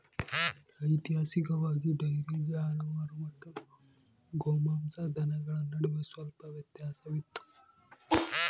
ಐತಿಹಾಸಿಕವಾಗಿ, ಡೈರಿ ಜಾನುವಾರು ಮತ್ತು ಗೋಮಾಂಸ ದನಗಳ ನಡುವೆ ಸ್ವಲ್ಪ ವ್ಯತ್ಯಾಸವಿತ್ತು